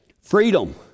Freedom